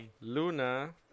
Luna